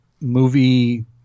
movie